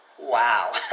Wow